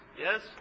Yes